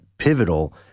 pivotal